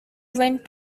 went